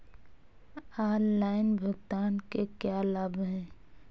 Online भुगतान के क्या लाभ हैं?